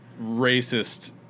racist